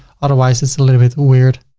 otherwise it's a little bit weird